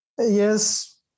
Yes